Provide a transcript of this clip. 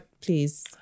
please